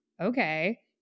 okay